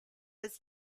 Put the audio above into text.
was